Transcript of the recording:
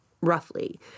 roughly